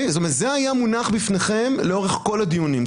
זה היה מונח בפניכם לאורך כל הדיונים.